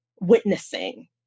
witnessing